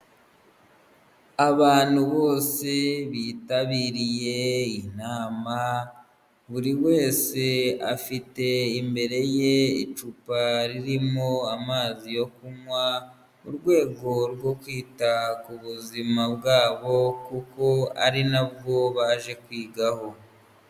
Abantu bose bitabiriye inama buri wese afite imbere ye icupa ririmo amazi yo kunywa mu rwego rwo kwita ku buzima bwabo kuko ari nabwo baje kwigaho.